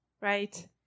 right